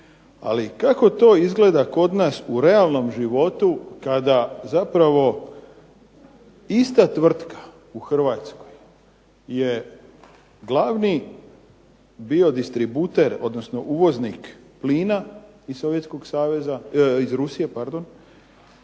ali kako to izgleda kod nas u realnom životu kada zapravo ista tvrtka u Hrvatskoj je glavni bi distributer, odnosno uvoznik plina iz